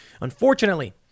Unfortunately